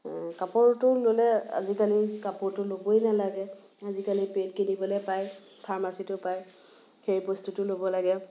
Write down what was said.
কাপোৰটো ল'লে অজিকালি কাপোৰটো ল'বই নেলাগে আজিকালি পেড কিনিবলৈ পায় ফাৰ্মাচিতো পায় সেই বস্তুটো ল'ব লাগে